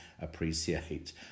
appreciate